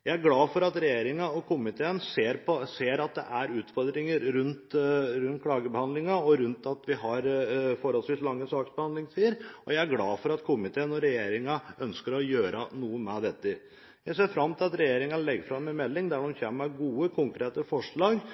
Jeg er glad for at regjeringen og komiteen ser at det er utfordringer rundt klagebehandlingen og det at vi har forholdsvis lang saksbehandlingstid. Jeg er glad for at komiteen og regjeringen ønsker å gjøre noe med dette. Jeg ser fram til at regjeringen legger fram en melding der den kommer med gode, konkrete forslag